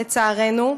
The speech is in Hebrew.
לצערנו.